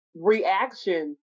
reaction